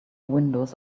windows